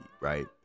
right